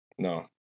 No